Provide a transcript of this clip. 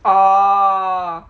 oh